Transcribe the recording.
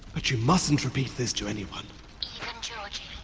but you mustn't repeat this to anyone. even georgie?